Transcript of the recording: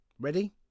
Ready